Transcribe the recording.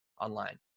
online